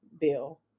Bill